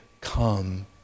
come